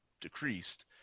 decreased